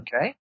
okay